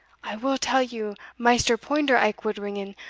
i will tell you, maister poinder aikwood ringan,